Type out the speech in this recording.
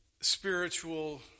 Spiritual